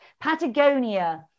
Patagonia